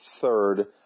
third